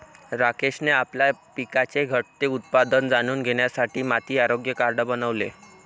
राकेशने आपल्या पिकाचे घटते उत्पादन जाणून घेण्यासाठी माती आरोग्य कार्ड बनवले